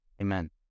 Amen